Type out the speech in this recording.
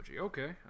Okay